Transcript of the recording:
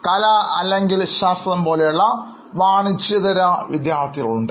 കല അല്ലെങ്കിൽ ശാസ്ത്രം പോലുള്ള വാണിജ്യേതര വിദ്യാർത്ഥികളുണ്ട്